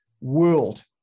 world